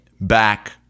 back